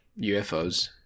UFOs